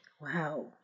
Wow